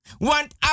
Want